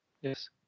Yes